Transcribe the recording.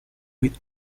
with